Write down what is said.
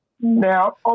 Now